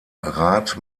rat